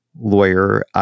lawyer